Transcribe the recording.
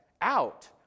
out